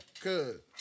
Good